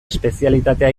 espezialitatea